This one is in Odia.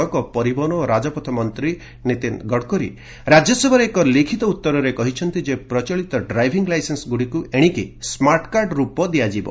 ସଡ଼କ ପରିବହନ ଓ ରାଜପଥ ମନ୍ତ୍ରୀ ନୀତିନ ଗଡ଼କରୀ ରାଜ୍ୟସଭାରେ ଏକ ଲିଖିତ ଉତ୍ତରରେ କହିଛନ୍ତି ଯେ ପ୍ରଚଳିତ ଡ୍ରାଇଭିଂ ଲାଇସେନ୍ନଗୁଡ଼ିକୁ ଏଣିକି ସ୍ମାର୍ଟକାର୍ଡ ରୂପ ଦିଆଯିବ